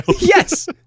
Yes